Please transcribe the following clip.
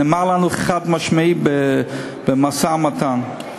נאמר לנו חד-משמעית במשא-ומתן.